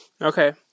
Okay